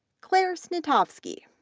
claire snitovsky,